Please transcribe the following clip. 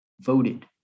voted